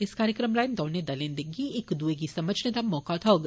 इस कार्यक्रम राएं दौने दलें गी इक दुए गी समझने दा मौका थ्होग